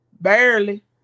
Barely